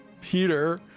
Peter